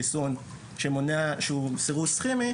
חיסון שהוא סירוס כימי,